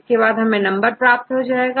अब हमें यह नंबर प्राप्त हो जाएगा